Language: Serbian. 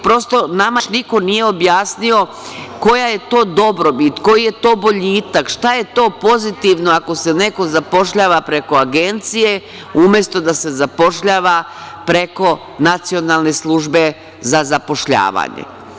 Prosto, nama još niko nije objasnio koja je to dobrobit, koji je to boljitak, šta je to pozitivno ako se neko zapošljava preko agencije umesto da se zapošljava preko Nacionalne službe za zapošljavanje?